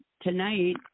tonight